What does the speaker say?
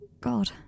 God